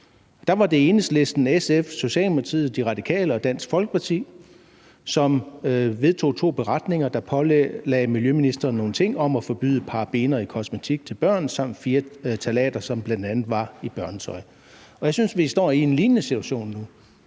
Da var det Enhedslisten, SF, Socialdemokratiet, De Radikale og Dansk Folkeparti, som vedtog to beretninger, der pålagde miljøministeren nogle ting om at forbyde parabener i kosmetik til børn samt fire ftalater, som bl.a. var i børnetøj. Og jeg synes, vi står i en lignende situation nu.